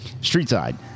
Streetside